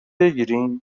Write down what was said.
بگیریم